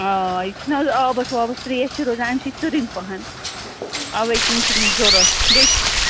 آ یہِ چھُ نہٕ حظ آبَس وابَس ترٛیش چھِ روزان اَمہِ سۭتۍ تُرٕنۍ پَہَن اَوَے کِنۍ چھِ مےٚ ضروٗرت بیٚیہِ چھِ